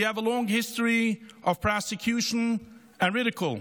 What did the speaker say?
We have a long history of prosecution and ridicule.